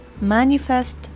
manifest